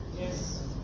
Yes